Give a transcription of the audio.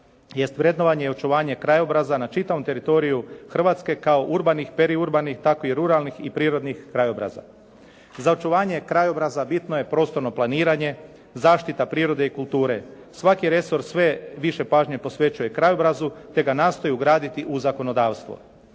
vrednovanje i očuvanje krajobraza na čitavom teritoriju Hrvatske kao urbanih, periurbanih, tako i ruralnih i prirodnih krajobraza. Za očuvanje krajobraza bitno je prostorno planiranje, zaštita prirode i kulture. Svaki resor sve više pažnje posvećuje krajobrazu te ga nastoji ugraditi u zakonodavstvo.